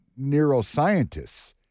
neuroscientists